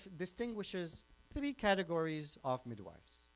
distinguishes three categories of midwives,